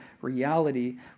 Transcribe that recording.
reality